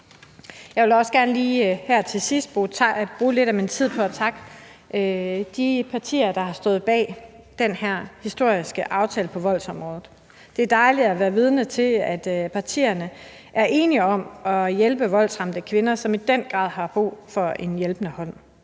her til sidst bruge lidt af min tid på at takke de partier, der stod bag den historiske aftale på voldsområdet. Det er dejligt at være vidne til, at partierne er enige om at hjælpe voldsramte kvinder, som i den grad har brug for en hjælpende hånd.